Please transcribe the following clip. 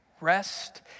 rest